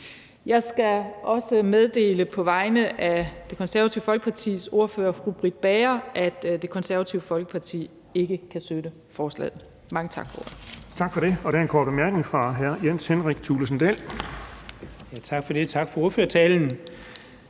Jeg skal også meddele på vegne af Det Konservative Folkepartis ordfører, fru Britt Bager, at Det Konservative Folkeparti ikke kan støtte forslaget. Mange tak for ordet. Kl. 12:09 Den fg. formand (Erling Bonnesen): Tak for det. Der er en